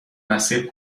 مسیر